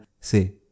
say